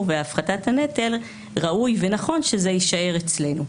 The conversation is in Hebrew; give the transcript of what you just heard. והפחתת הנטל ראוי ונכון שזה יישאר אצלנו.